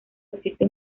existe